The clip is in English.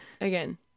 Again